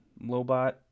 Lobot